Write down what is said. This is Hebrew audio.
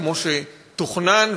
כמו שתוכנן,